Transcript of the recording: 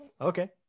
Okay